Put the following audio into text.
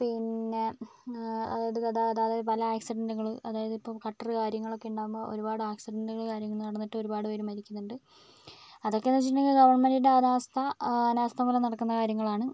പിന്നെ ആക്സിഡൻറ്റുകൾ അതായത് ഇപ്പോൾ കട്ടറ് കാര്യങ്ങളൊക്കെ ഉണ്ടാവുമ്പോൾ ഒരുപാട് ആക്സിഡൻറ്റുകളും കാര്യങ്ങളും നടന്നിട്ട് ഒരുപാടുപേർ മരിക്കുന്നുണ്ട് അതൊക്കേന്നു വെച്ചിട്ടുണ്ടെങ്കിൽ ഗവൺമെൻറ്റിൻറ്റെ അനാസ്ഥ അനാസ്ഥമൂലം നടക്കുന്ന കാര്യങ്ങളാണ്